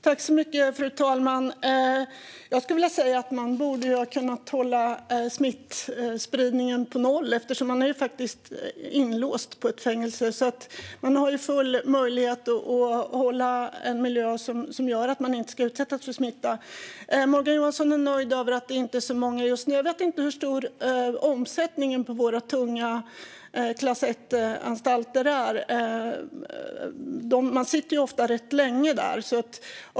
Fru talman! Jag skulle vilja säga att man borde ha kunnat hålla smittspridningen på noll. Personerna är ju faktiskt inlåsta i ett fängelse, så man har full möjlighet att hålla en miljö som gör att personer inte utsätts för smitta. Morgan Johansson är nöjd med att det inte är så många just nu. Jag vet inte hur stor omsättningen är på våra tunga klass 1-anstalter. Man sitter ju ofta rätt länge där.